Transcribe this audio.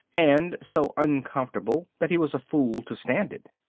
and so uncomfortable that he was a fool to stand it.